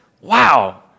wow